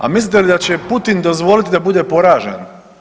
A mislite li da će Putin dozvoliti da bude poražen?